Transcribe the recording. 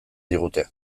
digute